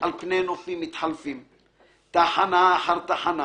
על פני נופים מתחלפים/ תחנה אחר תחנה